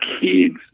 kids